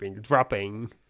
dropping